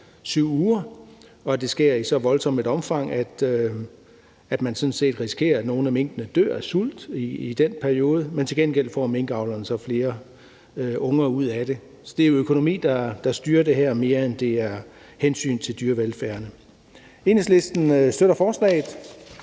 7 uger, og at det sker i så voldsomt et omfang, at man sådan set risikerer, at nogle af minkene dør af sult i den periode, men til gengæld får minkavlerne så flere unger ud af det. Så det er jo økonomi, der styrer det her, mere end det er hensyn til dyrevelfærden. Enhedslisten støtter forslaget.